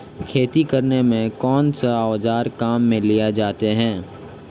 खेती करने में कौनसे औज़ार काम में लिए जाते हैं?